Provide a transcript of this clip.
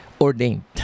ordained